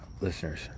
Listeners